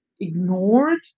ignored